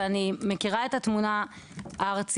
אני מכירה את התמונה הארצית.